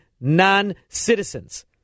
non-citizens